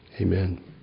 Amen